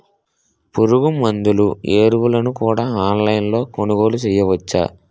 పురుగుమందులు ఎరువులను కూడా ఆన్లైన్ లొ కొనుగోలు చేయవచ్చా?